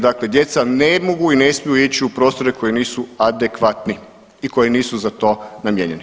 Dakle, djeca ne mogu i ne smiju ići u prostore koji nisu adekvatni i koji nisu za to namijenjeni.